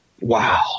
Wow